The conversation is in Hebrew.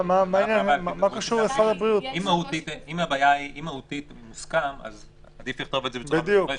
אם מהותית זה מוסכם עדיף לכתוב את זה בצורה מפורשת.